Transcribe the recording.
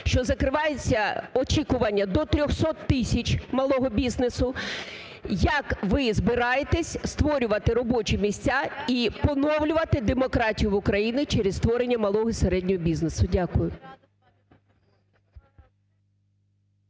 що закривається… очікування до 300 тисяч малого бізнесу. Як ви збираєтесь створювати робочі місця і поновлювати демократію в Україні через створення малого і середнього бізнесу? Дякую.